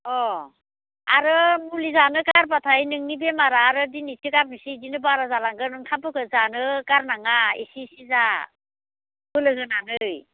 अह आरो मुलि जानो गारबाथाय नोंनि बेमारा आरो दिनै एसे गाबोन एसे बिदिनो बारा जालांगोन ओंखाम फोरखो जानो गारनाङा एसे एसे जा बोलो होनानै